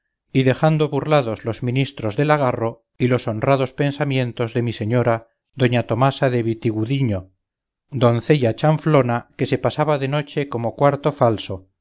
y dejando burlados los ministros del agarro y los honrados pensamientos de mi señora doña tomasa de bitigudiño doncella chanflona que se pasaba de noche como cuarto falso